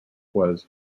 was